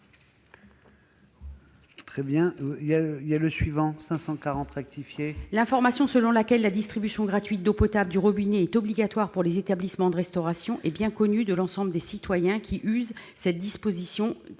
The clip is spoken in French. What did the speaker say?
parole est à Mme Nicole Duranton. L'information selon laquelle la distribution gratuite d'eau potable du robinet est obligatoire pour les établissements de restauration est bien connue de l'ensemble des citoyens, qui usent de cette disposition